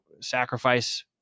sacrifice